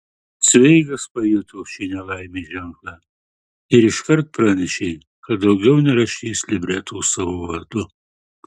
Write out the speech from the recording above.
cveigas pajuto šį nelaimės ženklą ir iškart pranešė kad daugiau nerašys libretų savo vardu